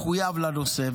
מחויב לנושא.